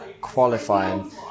qualifying